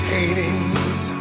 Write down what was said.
Paintings